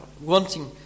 wanting